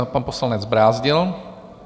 Pan poslanec Brázdil.